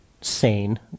sane